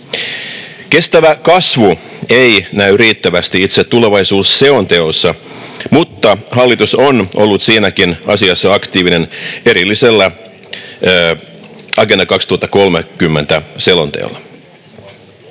Kestävä kasvu ei näy riittävästi itse tulevaisuusselonteossa, mutta hallitus on ollut siinäkin asiassa aktiivinen erillisellä Agenda 2030 ‑selonteolla.